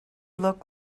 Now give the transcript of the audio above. look